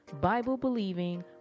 Bible-believing